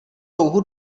louhu